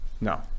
no